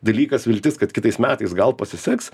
dalykas viltis kad kitais metais gal pasiseks